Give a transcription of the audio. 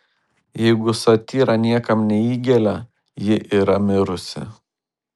jeigu satyra niekam neįgelia ji yra mirusi